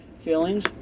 feelings